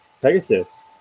Pegasus